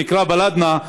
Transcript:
שנקרא "בלדנא",